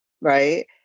right